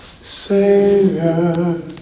Savior